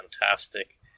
fantastic